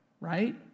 Right